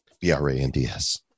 B-R-A-N-D-S